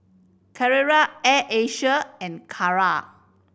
Carrera Air Asia and Kara